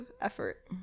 effort